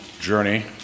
journey